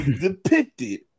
depicted